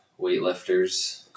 weightlifters